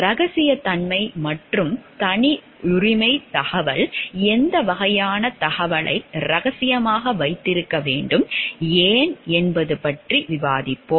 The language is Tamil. ரகசியத்தன்மை மற்றும் தனியுரிமத் தகவல் எந்த வகையான தகவலை ரகசியமாக வைத்திருக்க வேண்டும் ஏன் என்பது பற்றி விவாதிப்போம்